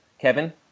Kevin